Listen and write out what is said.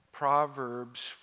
Proverbs